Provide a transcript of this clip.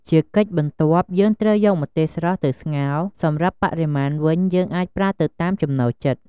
ជាកិច្ចបន្ទាប់ យើងត្រូវយកម្ទេសស្រស់ទៅស្ងោរ សម្រាប់បរិមាណវិញ យើងអាចប្រើទៅតាមចំណូលចិត្ត។